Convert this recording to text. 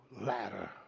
ladder